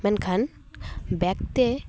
ᱢᱮᱱᱠᱷᱟᱱ ᱵᱮᱜᱽ ᱛᱮ